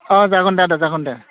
अ जागोन दे आदा जागोन दे